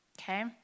Okay